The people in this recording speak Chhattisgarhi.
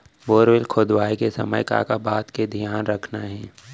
बोरवेल खोदवाए के समय का का बात के धियान रखना हे?